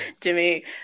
Jimmy